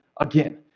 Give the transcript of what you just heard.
again